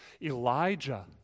Elijah